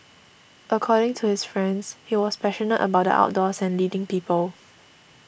according to his friends he was passionate about the outdoors and leading people